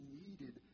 needed